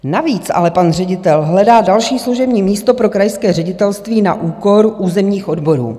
Navíc ale pan ředitel hledá další služební místo pro krajské ředitelství na úkor územních odborů.